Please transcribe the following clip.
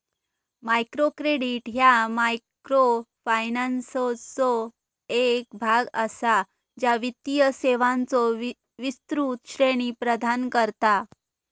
micro credit ह्या मायक्रोफायनान्सचो एक भाग असा, ज्या वित्तीय सेवांचो विस्तृत श्रेणी प्रदान करता